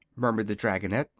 murmured the dragonette,